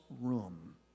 room